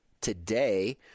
Today